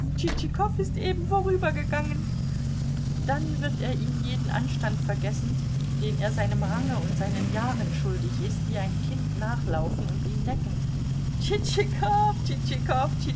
tschitschikow ist eben vorübergegangen dann wird er ihm jeden anstand vergessend den er seinem range und seinen jahren schuldig ist wie ein kind nachlaufen und ihn necken tschitschikow tschitschikow